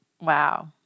Wow